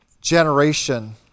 generation